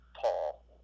Paul